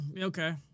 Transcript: okay